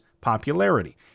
popularity